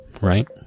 right